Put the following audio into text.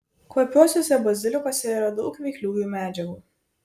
kvapiuosiuose bazilikuose yra daug veikliųjų medžiagų